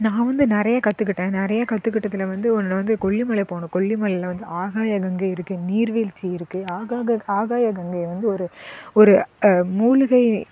நான் வந்து நிறைய கற்றுக்கிட்டேன் நிறைய கத்துக்கிட்டதில் வந்து ஒன்றில் வந்து கொல்லிமலை போனோம் கொல்லிமலையில் வந்து ஆகாய கங்கை இருக்குது நீர் வீழ்ச்சி இருக்குது ஆகாக ஆகாய கங்கையை வந்து ஒரு ஒரு மூலிகை